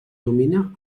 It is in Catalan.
domina